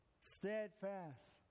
steadfast